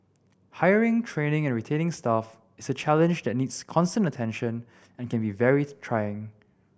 hiring training and retaining staff is a challenge that needs constant attention and can be very trying